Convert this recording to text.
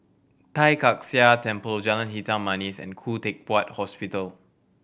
Tai Kak Seah Temple Jalan Hitam Manis and Khoo Teck Puat Hospital